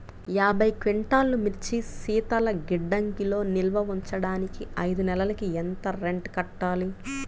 యాభై క్వింటాల్లు మిర్చి శీతల గిడ్డంగిలో నిల్వ ఉంచటానికి ఐదు నెలలకి ఎంత రెంట్ కట్టాలి?